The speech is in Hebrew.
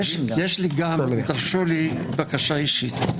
בקשה אישית.